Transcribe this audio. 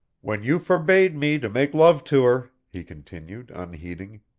when you forbade me to make love to her, he continued, unheeding,